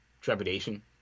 trepidation